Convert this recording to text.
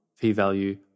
p-value